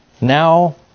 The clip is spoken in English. Now